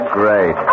great